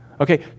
okay